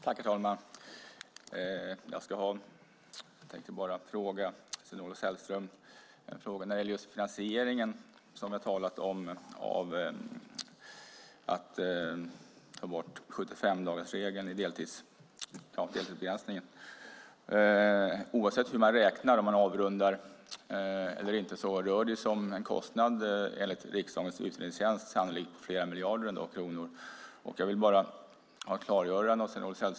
Herr talman! Jag har en fråga om finansiering till Sven-Olof Sällström. Det gäller frågan om att ta bort 75-dagarsregeln för deltidsarbetslösa. Oavsett hur man räknar, om man avrundar eller inte, rör det sig, enligt riksdagens utredningstjänst, om en kostnad på sannolikt flera miljarder kronor. Jag vill ha ett klargörande från Sven-Olof Sällström.